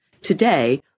Today